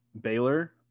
Baylor